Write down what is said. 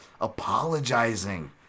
apologizing